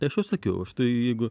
tai aš jau sakiau štai jeigu